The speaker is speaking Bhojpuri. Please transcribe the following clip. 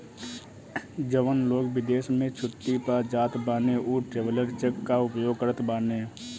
जवन लोग विदेश में छुट्टी पअ जात बाने उ ट्रैवलर चेक कअ उपयोग करत बाने